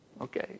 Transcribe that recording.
Okay